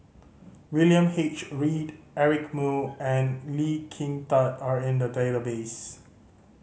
William H Read Eric Moo and Lee Kin Tat are in the database